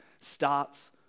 starts